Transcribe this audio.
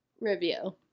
review